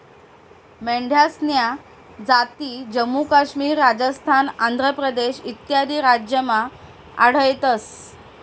मेंढ्यासन्या जाती जम्मू काश्मीर, राजस्थान, आंध्र प्रदेश इत्यादी राज्यमा आढयतंस